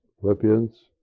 Philippians